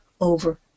over